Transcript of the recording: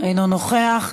אינו נוכח,